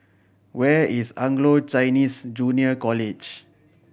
where is Anglo Chinese Junior College